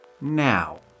now